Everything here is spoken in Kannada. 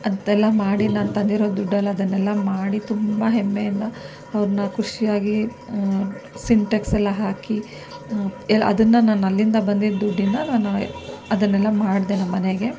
ಅಂತೆಲ್ಲ ಮಾಡಿ ನಾನು ತಂದಿರೋ ದುಡ್ಡೆಲ್ಲ ಅದನ್ನೆಲ್ಲ ಮಾಡಿ ತುಂಬ ಹೆಮ್ಮೆಯಿಂದ ಅವ್ರನ್ನ ಖುಷಿಯಾಗಿ ಸಿಂಟೆಕ್ಸ್ ಎಲ್ಲ ಹಾಕಿ ಅದನ್ನು ನಾನು ಅಲ್ಲಿಂದ ಬಂದಿದ್ದ ದುಡ್ಡಿಂದ ನಾನು ಅದನ್ನೆಲ್ಲ ಮಾಡಿದೆ ನಮ್ಮನೆಗೆ